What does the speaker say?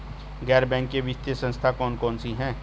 गैर बैंकिंग वित्तीय संस्था कौन कौन सी हैं?